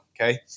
Okay